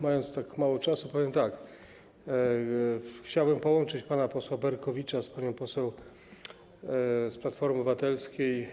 Mając tak mało czasu, powiem tak: chciałbym połączyć pana posła Berkowicza z panią poseł Jachirą z Platformy Obywatelskiej.